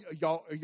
y'all